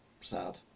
sad